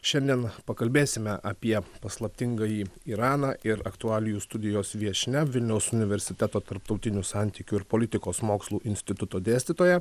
šiandien pakalbėsime apie paslaptingąjį iraną ir aktualijų studijos viešnia vilniaus universiteto tarptautinių santykių ir politikos mokslų instituto dėstytoja